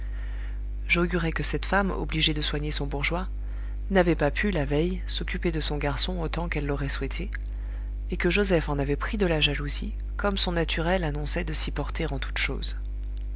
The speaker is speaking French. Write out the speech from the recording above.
j'augurai que cette femme obligée de soigner son bourgeois n'avait pas pu la veille s'occuper de son garçon autant qu'elle l'aurait souhaité et que joseph en avait pris de la jalousie comme son naturel annonçait de s'y porter en toutes choses